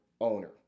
owner